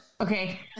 Okay